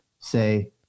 say